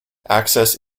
access